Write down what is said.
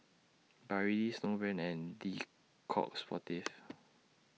Barilla Snowbrand and Le Coq Sportif